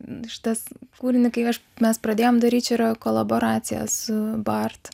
šitas kūrinį kai aš mes pradėjom daryt čia yra kolaboracija su bart